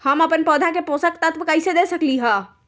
हम अपन पौधा के पोषक तत्व कैसे दे सकली ह?